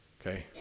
okay